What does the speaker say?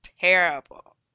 terrible